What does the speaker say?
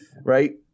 Right